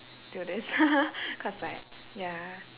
do this cause like ya